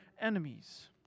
enemies